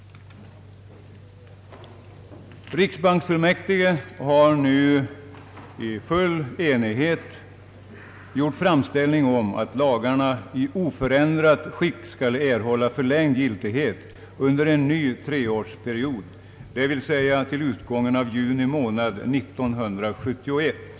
Riksbanksfullmäktige har nu i full enighet gjort framställning om att lagarna i oförändrat skick skall erhålla förlängd giltighet under en ny treårsperiod, dvs. till utgången av juni månad 1971.